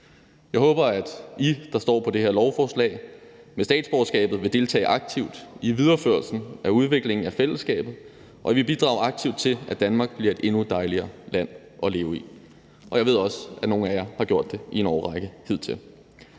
Jeg håber, at I, der står på det her lovforslag, med statsborgerskabet vil deltage aktivt i videreførelsen af udviklingen af fællesskabet, og at I vil bidrage aktivt til, at Danmark bliver et endnu dejligere land at leve i. Jeg ved også, at nogle af jer har gjort det i en årrække hidtil.